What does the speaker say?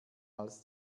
als